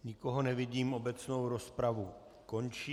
Nikoho nevidím, obecnou rozpravu končím.